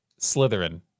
Slytherin